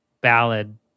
ballad